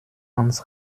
hans